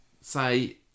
say